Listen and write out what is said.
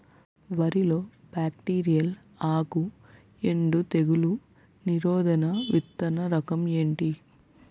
వరి లో బ్యాక్టీరియల్ ఆకు ఎండు తెగులు నిరోధక విత్తన రకం ఏంటి?